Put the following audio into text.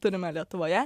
turime lietuvoje